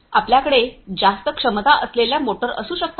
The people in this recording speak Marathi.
आपल्याकडे जास्त क्षमता असलेल्या मोटर्स असू शकतात